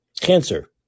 cancer